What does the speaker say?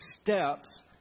steps